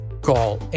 Call